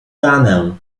ranę